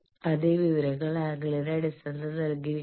അതേ വിവരങ്ങൾ ആംഗിളിന്റെ അടിസ്ഥാനത്തിൽ നൽകിയിരിക്കുന്നു